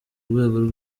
rwego